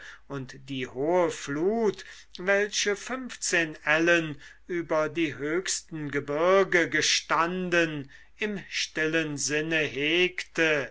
und die hohe flut welche funfzehn ellen über die höchsten gebirge gestanden im stillen sinne hegte